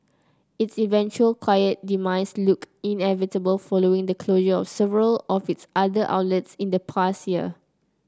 its eventual quiet demise looked inevitable following the closure of several of its other outlets in the past year